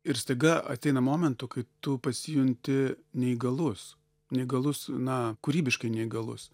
ir staiga ateina momentų kai tu pasijunti neįgalus neįgalus na kūrybiškai neįgalus